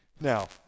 Now